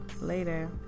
later